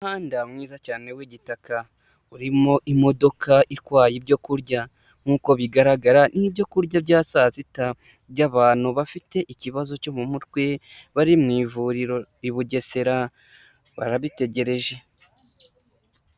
Umuhanda mwiza cyane w'igitaka urimo imodoka itwaye ibyo kurya nk'uko bigaragara ni ibyo kurya bya saa sita by'abantu bafite ikibazo cyo mu mutwe, bari mu ivuriro i Bugesera barabitegereje.